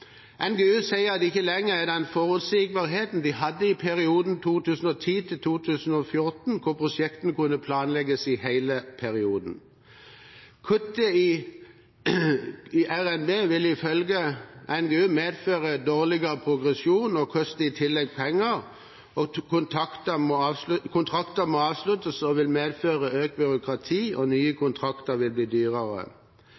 NGU sier at de ikke lenger har den forutsigbarheten de hadde i perioden 2010–2014, hvor prosjektene kunne planlegges i hele perioden. Kuttet i RNB vil ifølge NGU medføre dårligere progresjon og koster i tillegg penger. Kontrakten må avsluttes og vil medføre økt byråkrati, og nye kontrakter vil bli dyrere.